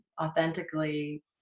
authentically